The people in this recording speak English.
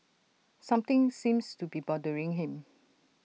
something seems to be bothering him